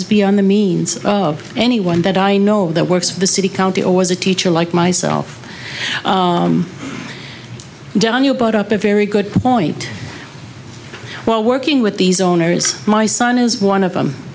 is beyond the means of anyone that i know of that works for the city county or was a teacher like myself i'm done you brought up a very good point well working with these owners my son is one of them